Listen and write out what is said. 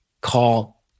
call